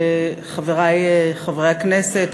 חברי חברי הכנסת,